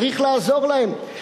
צריך לעזור להם.